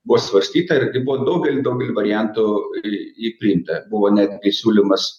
buvo svarstyta ir kai buvo daugelį daugelį variantų į į priimta buvo netgi siūlymas